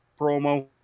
promo